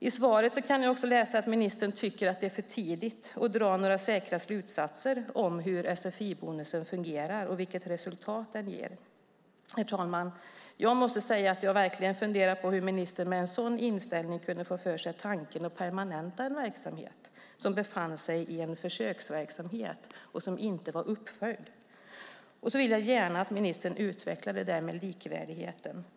I svaret kan jag också läsa att ministern tycker att det är för tidigt att dra några säkra slutsatser om hur sfi-bonusen fungerar och vilket resultat den ger. Herr talman! Jag har verkligen funderat på hur ministern med en sådan inställning kunde få för sig att permanenta en verksamhet som befann sig i en försöksperiod och som inte var uppföljd. Jag vill gärna att ministern utvecklar det där med likvärdigheten.